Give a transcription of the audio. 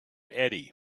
eddie